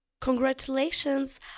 Congratulations